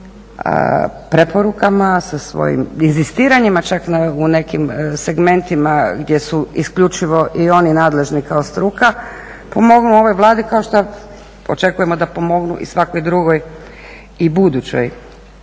svojim preporukama, sa svojim inzistiranjima čak u nekim segmentima gdje su isključivo i oni nadležni kao struka pomognu ovoj Vladi kao što očekujemo da pomognu i svakoj drugoj i budućoj